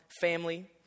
family